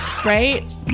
Right